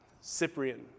Cyprian